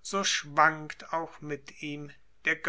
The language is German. so schwankt auch mit ihm der